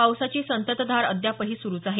पावसाची संततधार अद्याप सुरूच आहे